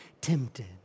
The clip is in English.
tempted